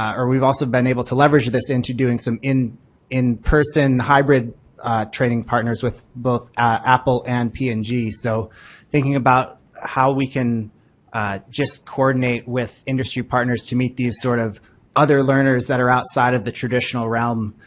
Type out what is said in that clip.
or we've also been able to leverage this into doing some in in person hybird training partners with both apple and p and g, so thinking about how we can just coordinate with industry partners to meet these sort of other learners that are outside of the traditional realm.